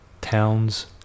towns